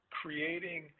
creating